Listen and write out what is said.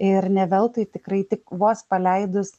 ir ne veltui tikrai tik vos paleidus